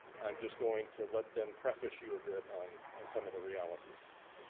i'm just going to let them preface you a bit on on some of the realities.